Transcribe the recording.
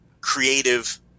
creative